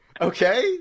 Okay